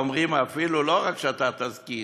אומרים: לא רק שאתה תזקין,